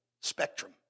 spectrum